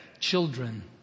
children